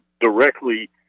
directly